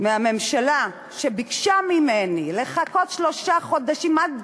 מהממשלה שביקשה ממני לחכות שלושה חודשים עד,